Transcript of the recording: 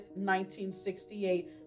1968